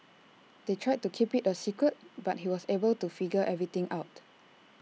they tried to keep IT A secret but he was able to figure everything out